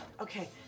okay